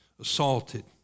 assaulted